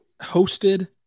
hosted